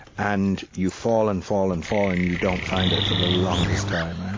and you fall and fall and fall and you don't find it for the longest time.